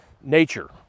nature